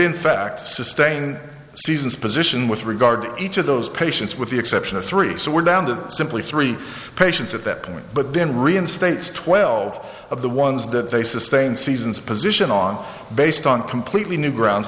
in fact sustained seasons position with regard to each of those patients with the exception of three so we're down to simply three patients at that point but then reinstates twelve of the ones that they sustained seasons position on based on completely new grounds